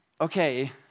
Okay